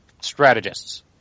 strategists